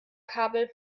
kabel